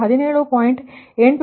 885 ಕೋನ 116